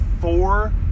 four